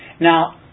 Now